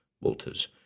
Walters